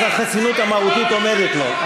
אז החסינות המהותית עומדת לו.